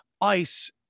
ice